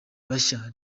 bashya